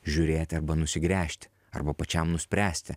žiūrėti arba nusigręžti arba pačiam nuspręsti